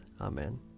Amen